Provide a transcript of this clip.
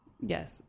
yes